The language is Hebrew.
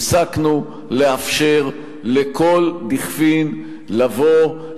הפסקנו לאפשר לכל דכפין לבוא,